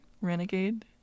renegade